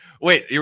wait